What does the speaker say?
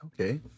okay